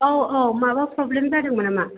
औ औ माबा प्रब्लेम जादोंमोन नामा